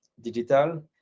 digital